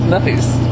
nice